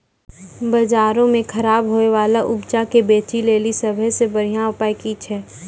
बजारो मे खराब होय बाला उपजा के बेचै लेली सभ से बढिया उपाय कि छै?